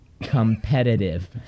competitive